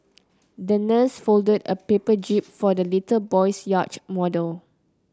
the nurse folded a paper jib for the little boy's yacht model